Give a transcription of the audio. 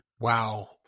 wow